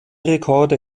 rekorde